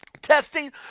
Testing